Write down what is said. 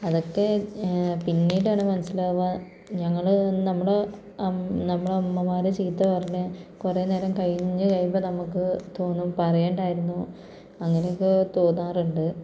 അതൊക്കെ പിന്നീടാണ് മനസ്സിലാവുക ഞങ്ങള് നമ്മുടെ അം നമ്മുടെ അമ്മമാരെ ചീത്ത പറഞ്ഞ് കുറെ നേരം കഴിഞ്ഞ് കഴിയുമ്പോൾ നമുക്ക് തോന്നും പറയണ്ടായിരുന്നു അങ്ങനെയൊക്കെ തോന്നാറുണ്ട്